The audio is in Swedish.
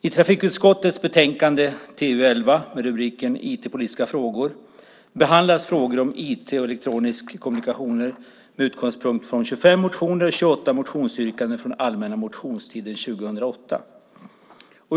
I trafikutskottets betänkande TU11 med rubriken IT-politiska frågor behandlas frågor om IT och elektronisk kommunikation med utgångspunkt från 25 motioner och 28 motionsyrkanden från allmänna motionstiden 2008.